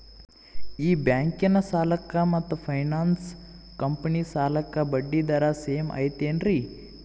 ಈ ಬ್ಯಾಂಕಿನ ಸಾಲಕ್ಕ ಮತ್ತ ಫೈನಾನ್ಸ್ ಕಂಪನಿ ಸಾಲಕ್ಕ ಬಡ್ಡಿ ದರ ಸೇಮ್ ಐತೇನ್ರೇ?